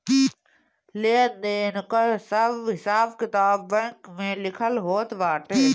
लेन देन कअ सब हिसाब किताब बैंक में लिखल होत बाटे